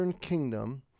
kingdom